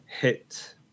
hit